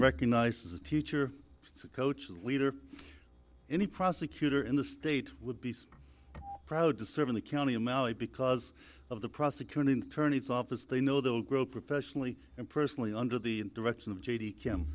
recognized as a teacher coach as leader any prosecutor in the state would be proud to serve in the county and because of the prosecuting attorney's office they know they will grow professionally and personally under the direction of j